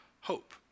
hope